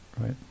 right